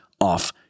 off